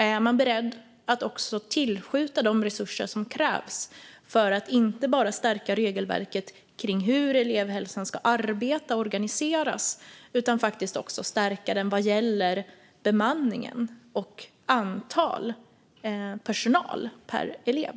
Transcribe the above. Är man beredd att också tillskjuta de resurser som krävs för att inte bara stärka regelverket kring hur elevhälsan ska arbeta och organiseras utan faktiskt också stärka den vad gäller bemanningen och antalet personal per elev?